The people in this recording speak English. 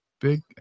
big